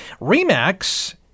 Remax